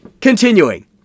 Continuing